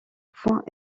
point